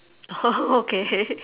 oh okay